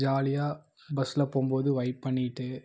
ஜாலியாக பஸ்ஸில் போகும்போது வைப் பண்ணிகிட்டு